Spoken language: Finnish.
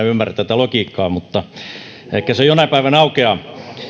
ymmärrä tätä logiikkaa mutta ehkä se jonain päivänä aukeaa